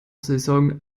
saison